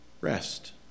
Rest